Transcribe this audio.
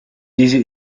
easy